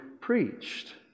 preached